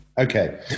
Okay